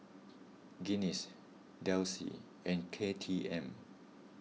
Guinness Delsey and K T M